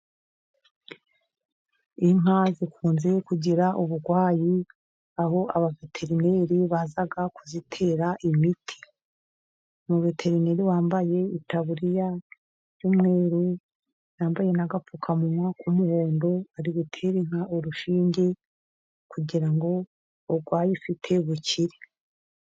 Inka zikunze kugira uburwayi aho abaveterineri bazaga kuzitera imiti mu ruterineri wambaye itaburiya y'umweru yambaye'agapfukamunwa k'umuhondo ari guterare inka urushinge kugira ngo urwayo ifite bukire.